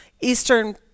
eastern